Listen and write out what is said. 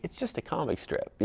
is just a comic strip,